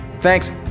Thanks